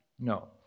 No